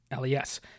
Les